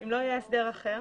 אם לא יהיה הסדר אחר,